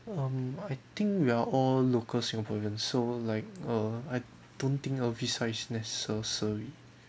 um I think we are all local singaporean so like uh I don't think a visa is necessary